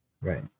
Right